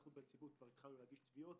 אנחנו בנציבות כבר התחלנו להגיש תביעות,